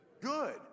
Good